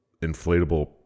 inflatable